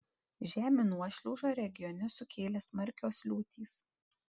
žemių nuošliaužą regione sukėlė smarkios liūtys